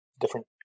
different